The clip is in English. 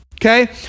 okay